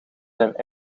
zijn